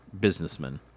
businessman